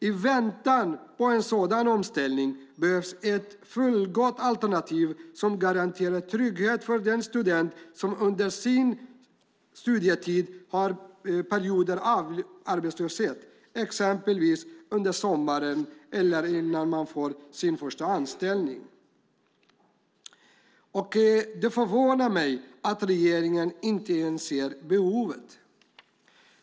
I väntan på en sådan omställning behövs ett fullgott alternativ som garanterar trygghet för den student som under sin studietid har perioder av arbetslöshet, exempelvis under sommaren eller innan man får sin första anställning. Det förvånar mig att regeringen inte ser det behovet.